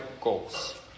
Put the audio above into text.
goals